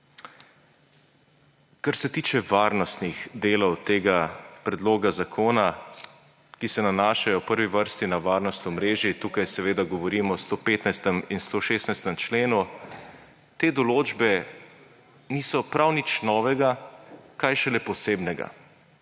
kar se tiče varnostnih delov tega predloga zakona, ki se nanašajo v prvi vrsti na varnost omrežij, tukaj seveda govorim o 115. in 116. členu, te določbe niso prav nič novega, kaj šele posebnega.